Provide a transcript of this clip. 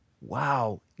Wow